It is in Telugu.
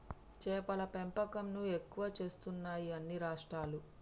చేపల పెంపకం ను ఎక్కువ చేస్తున్నాయి అన్ని రాష్ట్రాలు